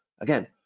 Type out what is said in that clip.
Again